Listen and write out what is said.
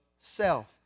self